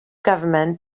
government